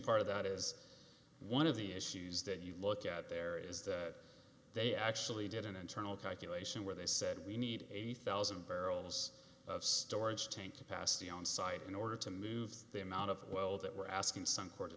part of that is one of the issues that you look at there is that they actually did an internal calculation where they said we need eighty thousand barrels of storage tank to pass the on site in order to move the amount of oil that we're asking suncor to